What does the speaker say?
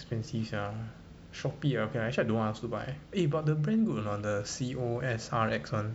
expensive sia shopee ah actually I don't want I also buy eh but the brand good a not the C O S R X [one]